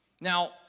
Now